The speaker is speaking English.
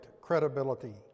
credibility